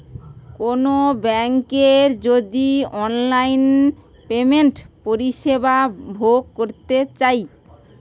কোনো বেংকের যদি অনলাইন পেমেন্টের পরিষেবা ভোগ করতে চাই